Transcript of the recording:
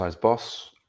Boss